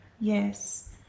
Yes